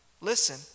Listen